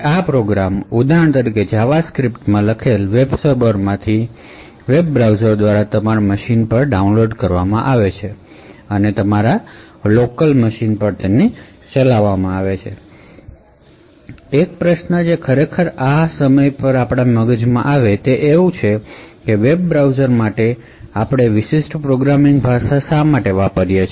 આ પ્રોગ્રામ્સ ઉદાહરણ તરીકે જાવાસ્ક્રિપ્ટમાં લખેલા હોય છે અને તે વેબ સર્વર માંથી વેબ બ્રાઉઝર દ્વારા તમારા મશીન પર ડાઉનલોડ કરવામાં આવે છે અને પછી તમારા લોકલ મશીન પર ચલાવવામાં આવે છે એક પ્રશ્ન જે આ સમય પર આપણા મગજમાં આવે છે તે છે કે વેબ બ્રાઉઝર્સ માટે આપણી પાસે વિશેષ પ્રોગ્રામિંગ ભાષા શા માટે છે